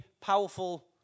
powerful